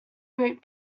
great